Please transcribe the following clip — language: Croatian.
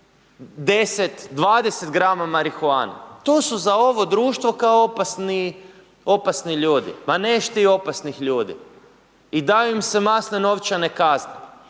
grama marihuane. To su za ovo društvo kao opasni, opasni ljudi. Ma neš ti opasnih ljudi i daju im se masne novčane kazne,